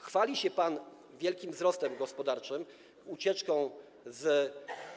Chwali się pan wielkim wzrostem gospodarczym, ucieczką z